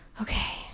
okay